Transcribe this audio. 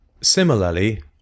Similarly